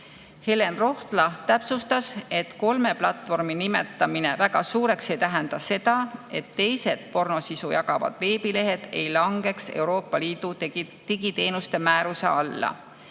Helen Rohtla täpsustas, et kolme platvormi nimetamine väga suureks ei tähenda seda, et teised pornosisu jagavad veebilehed ei lange Euroopa Liidu digiteenuste määruse alla.